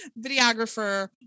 videographer